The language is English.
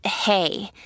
hey